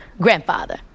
grandfather